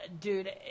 dude –